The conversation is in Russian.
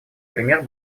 пример